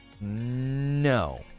No